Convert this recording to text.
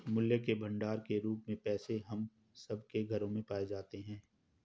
मूल्य के भंडार के रूप में पैसे हम सब के घरों में पाए जाते हैं